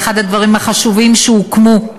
זה אחד הדברים החשובים שהוקמו.